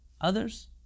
Others